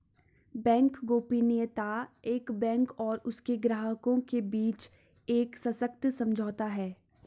bank गोपनीयता एक bank और उसके ग्राहकों के बीच एक सशर्त समझौता है